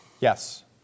Yes